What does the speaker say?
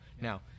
Now